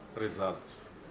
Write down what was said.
results